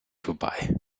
vorbei